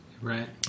Right